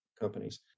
companies